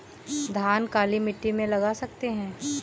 धान काली मिट्टी में लगा सकते हैं?